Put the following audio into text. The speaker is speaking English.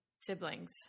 siblings